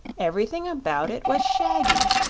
everything about it was shaggy,